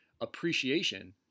appreciation